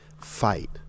fight